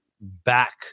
back